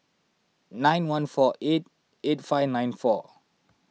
nine one four eight eight five nine four